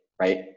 right